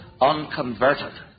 unconverted